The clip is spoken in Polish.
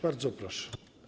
Bardzo proszę.